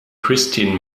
christine